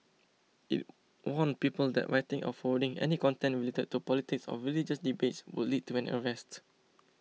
it warned people that writing or forwarding any content related to politics or religious debates would lead to an arrest